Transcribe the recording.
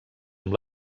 amb